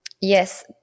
Yes